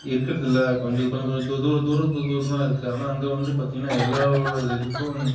இருக்கிறது இல்லை கொஞ்சம் கொஞ்சம் தூரம் தூரமாக தூரமாக இருக்குது ஆனால் அங்கே வந்து பார்த்தீங்னா எல்லாேரோட இதுக்கும்